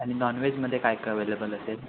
आणि नॉनव्हेजमध्ये काय काय अवेलेबल असेल